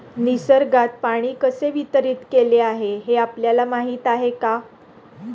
निसर्गात पाणी कसे वितरीत केलेले आहे हे आपल्याला माहिती आहे का?